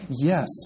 Yes